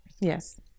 Yes